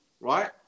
Right